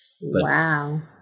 wow